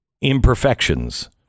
imperfections